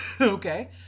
Okay